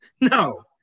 No